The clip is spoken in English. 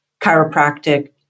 chiropractic